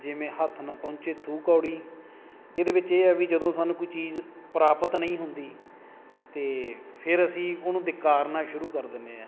ਜਿਵੇਂ ਹੱਥ ਨਾ ਪਹੁੰਚੇ ਥੂ ਕੌੜੀ ਇਹਦੇ ਵਿੱਚ ਇਹ ਹੈ ਵੀ ਜਦੋਂ ਸਾਨੂੰ ਕੋਈ ਚੀਜ਼ ਪ੍ਰਾਪਤ ਨਹੀਂ ਹੁੰਦੀ ਤਾਂ ਫੇਰ ਅਸੀਂ ਉਹਨੂੰ ਦਿਕਾਰਨਾ ਸ਼ੁਰੂ ਕਰ ਦਿੰਦੇ ਹਾਂ